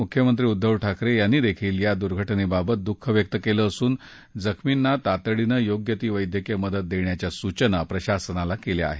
मुख्यमंत्री उद्दव ठाकरे यांनी देखील या दुर्घटनेबाबत दुःख व्यक्त केलं असून जखमींना तातडीनं योग्य ती वैद्यकीय मदत देण्याच्या सूचना प्रशासनाला केल्या आहेत